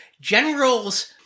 generals